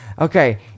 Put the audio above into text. Okay